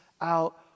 out